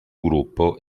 gruppo